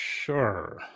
Sure